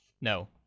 No